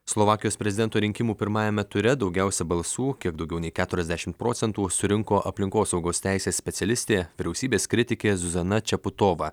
slovakijos prezidento rinkimų pirmajame ture daugiausia balsų kiek daugiau nei keturiasdešimt procentų surinko aplinkosaugos teisės specialistė vyriausybės kritikė zuzana čeputova